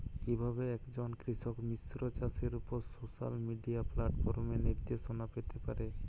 কিভাবে একজন কৃষক মিশ্র চাষের উপর সোশ্যাল মিডিয়া প্ল্যাটফর্মে নির্দেশনা পেতে পারে?